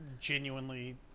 genuinely